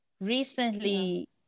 recently